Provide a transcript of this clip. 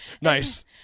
Nice